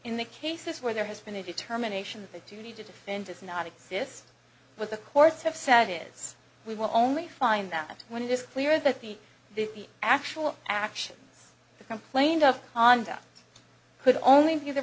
in the cases where there has been a determination that they do need to defend does not exist with the courts have said is we will only find them when it is clear that the the actual action the complaint of conda could only be the